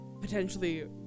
potentially